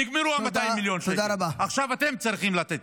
נגמרו 200 מיליון השקלים, עכשיו אתם צריכים לתת.